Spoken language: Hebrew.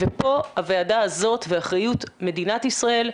ופה הוועדה הזאת ואחריות מדינת ישראל,